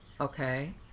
Okay